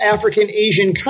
African-Asian